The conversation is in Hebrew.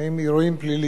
שאירעו ביישוב